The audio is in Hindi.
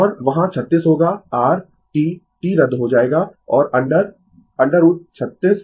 और वहां 36 होगा r T T रद्द हो जाएगा और अंडर √36 2π 2